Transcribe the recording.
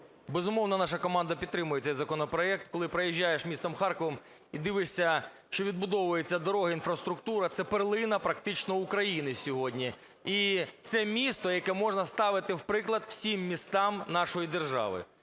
Безумовно, наша команда підтримує цей законопроект. Коли проїжджаєш містом Харковом і дивишся, що відбудовуються дороги і інфраструктура, це перлина практично України сьогодні, і це місто, яке можна ставити в приклад всім містам нашої держави.